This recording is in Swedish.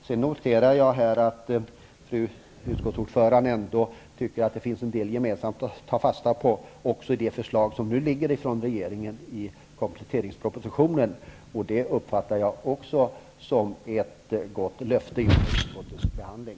Jag noterar att fru utskottsordföranden ändå tycker att det finns en del gemensamt att ta fasta på också i de förslag från regeringen som nu ligger i kompletteringspropositionen. Det uppfattar jag som ett gott löfte inför utskottets förhandling.